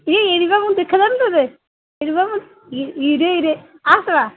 ରେ ଏଇଠି ବା ମୁଁ ଦେଖାଯାଉନି ତୋତେ ଏଇଠି ବା ମୁଁ ଇରେ ଇରେ ଆସ ଆସ